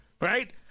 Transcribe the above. Right